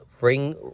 ring